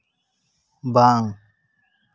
ᱵᱟᱝ